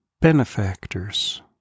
benefactors